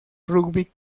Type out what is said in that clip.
rugby